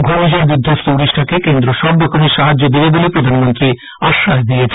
ঘুর্নিঝড় বিধ্বস্ত উড়িষ্যাকে কেন্দ্র সব রকমের সাহায্য দেবে বলে প্রধানমন্ত্রী আশ্বাস দিয়েছেন